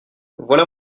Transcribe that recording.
voilà